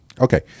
Okay